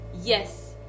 Yes